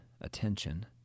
attention